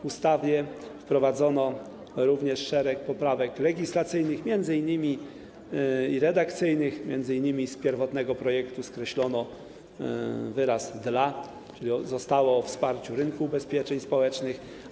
W ustawie wprowadzono również szereg poprawek legislacyjnych i redakcyjnych, m.in. z pierwotnego projektu skreślono wyraz „dla”, czyli zostało: o wsparciu rynku ubezpieczeń społecznych.